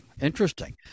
interesting